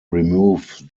remove